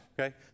okay